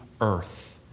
earth